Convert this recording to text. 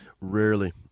Rarely